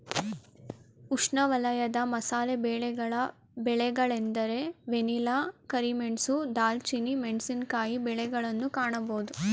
ಉಷ್ಣವಲಯದ ಮಸಾಲೆ ಬೆಳೆಗಳ ಬೆಳೆಗಳೆಂದರೆ ವೆನಿಲ್ಲಾ, ಕರಿಮೆಣಸು, ದಾಲ್ಚಿನ್ನಿ, ಮೆಣಸಿನಕಾಯಿ ಬೆಳೆಗಳನ್ನು ಕಾಣಬೋದು